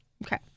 okay